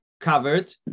covered